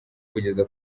kugeza